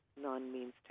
non-means